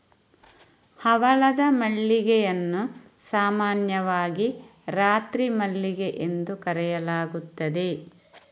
ಹವಳದ ಮಲ್ಲಿಗೆಯನ್ನು ಸಾಮಾನ್ಯವಾಗಿ ರಾತ್ರಿ ಮಲ್ಲಿಗೆ ಎಂದು ಕರೆಯಲಾಗುತ್ತದೆ